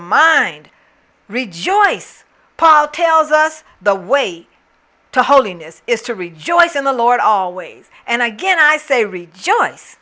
mind rejoice paul tells us the way to holiness is to rejoin us in the lord always and again i say read joyce